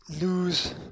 lose